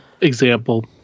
example